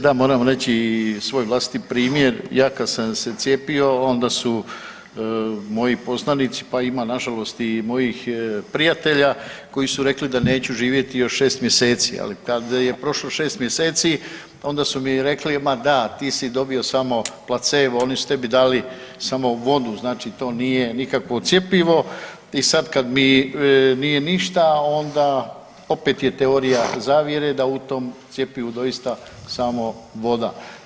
Da, moram reći i svoj vlastiti primjer, ja kad sam se cijepio, onda su moji poznanici, pa ima nažalost i mojih prijatelji koji su rekli da neću živjeti još 6 mjeseci, ali kad je prošlo 6 mjeseci, onda su mi rekli, ma da, ti si dobio samo placebo, oni su tebi dali samo vodu, znači to nije nikakvo cjepivo i sad kad mi nije ništa, onda opet je teorija zavjere, da u tom cjepivu doista samo voda.